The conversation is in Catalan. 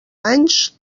anys